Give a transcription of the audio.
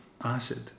acid